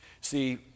See